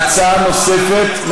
הצעה נוספת,